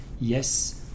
Yes